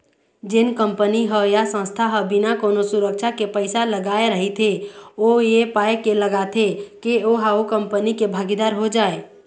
जेन कंपनी ह या संस्था ह बिना कोनो सुरक्छा के पइसा लगाय रहिथे ओ ऐ पाय के लगाथे के ओहा ओ कंपनी के भागीदार हो जाय